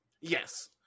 Yes